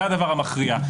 זה הדבר המכריע.